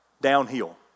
downhill